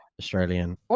Australian